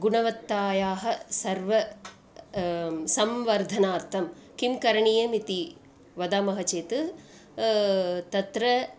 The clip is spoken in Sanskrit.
गुणवत्तायाः सर्वं संवर्धनार्थं किं करणीयमिति वदामः चेत् तत्र